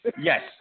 Yes